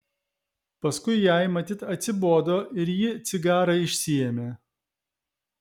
paskui jai matyt atsibodo ir ji cigarą išsiėmė